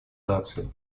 наций